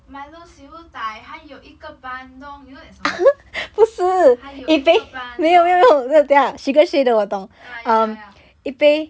milo siew dai 还有一个 bandung you know that song 还有一个 bandung ah ya ya ya